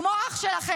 כמו אח שלכם,